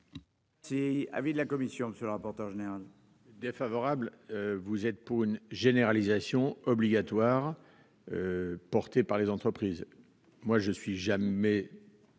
Si avis de la commission, monsieur le rapporteur général. Défavorable, vous êtes pour une généralisation obligatoire portée par les entreprises, moi je suis jamais